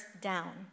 down